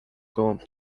gołąb